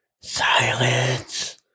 Silence